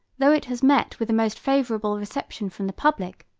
though it has met with the most favorable reception from the public,